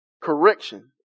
correction